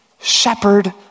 shepherd